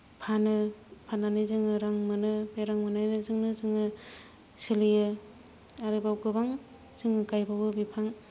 फानो फाननानै जोङो रां मोनो बे रां मोननायजोंनो जोङो सोलियो आरोबाव गोबां जों गायबावो बिफां